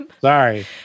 Sorry